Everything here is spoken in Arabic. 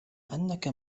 أنك